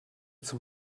zum